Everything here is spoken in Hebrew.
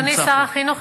אדוני שר החינוך,